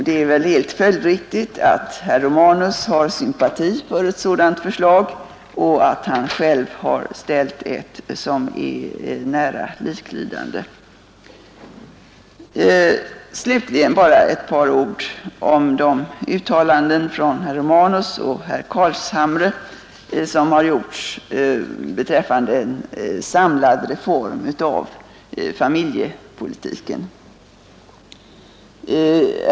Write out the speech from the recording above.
Det är väl helt följdriktigt att herr Romanus har sympati för ett sådant förslag och att han själv har lagt fram ett som är nästan likalydande. Slutligen bara ett par ord om de uttalanden herrar Romanus och Carlshamre har gjort beträffande en samlad reform av familjepolitiken.